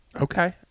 Okay